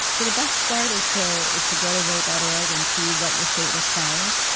so the best start is to is to go to vote dot org and see what your state requires.